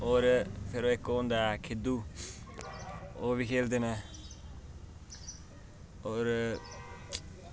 और फिर ओह् इक ओह् होंदा ऐ खिद्धु ओह्बी खेल्लदे न और